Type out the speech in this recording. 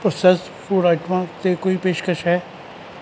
processed food ਆਈਟਮਾਂ 'ਤੇ ਕੋਈ ਪੇਸ਼ਕਸ਼ ਹੈ